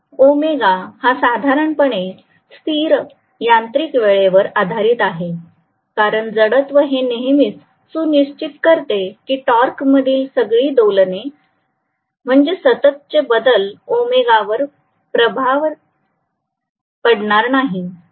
omega हा साधारणपणे स्थिर यांत्रिक वेळेवर आधारित आहे कारण जडत्व हे नेहमीच सुनिश्चित करते की टॉर्क मधील सगळी दोलने सततचे बदल ओमेगा वर प्रभाव पाडणार नाहीत